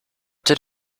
did